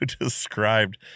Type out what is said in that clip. described